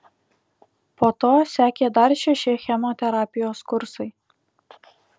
po to sekė dar šeši chemoterapijos kursai